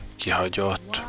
kihagyott